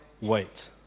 wait